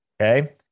Okay